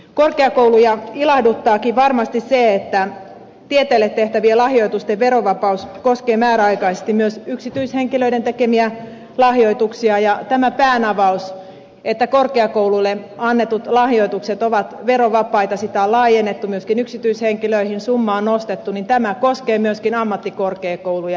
korkeakouluja ilahduttaakin varmasti se että tieteelle tehtävien lahjoitusten verovapaus koskee määräaikaisesti myös yksityishenkilöiden tekemiä lahjoituksia ja tämä päänavaus että korkeakouluille annettujen lahjoitusten verovapautta on laajennettu myöskin yksityishenkilöihin ja summaa on nostettu koskee myöskin ammattikorkeakouluja